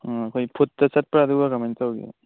ꯑꯥ ꯑꯩꯈꯣꯏ ꯐꯨꯠꯇ ꯆꯠꯄ꯭ꯔꯥ ꯑꯗꯨꯒ ꯀꯃꯥꯏꯅ ꯇꯧꯒꯦ